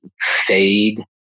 fade